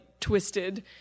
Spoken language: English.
twisted